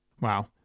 Wow